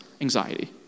anxiety